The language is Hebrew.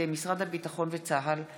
לטיפול בנגיף הקורונה לידי משרד הביטחון וצה"ל;